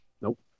Nope